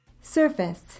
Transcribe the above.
Surface